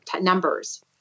numbers